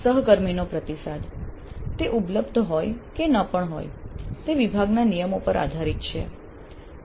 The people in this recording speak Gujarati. સહકર્મીનો પ્રતિસાદ તે ઉપલબ્ધ હોય કે ન પણ હોય તે વિભાગના નિયમો પર આધારિત છે